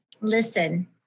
Listen